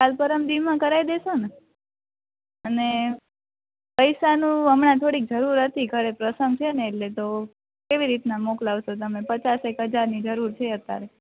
કાલ પરમ દી માં કરાઈ દેશો ને અને પૈસાનું હમણાં થોડીક જરૂર હતી ઘરે પ્રસંગ છે ને એટલે તો કેવી રીતના મોકલાવશો તમે પચાસ એક હજારની જરૂર છે અતારે